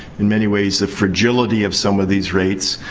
in many ways, the fragility of some of these rates.